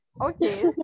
okay